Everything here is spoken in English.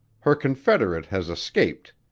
her confederate has escaped.